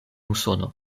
usono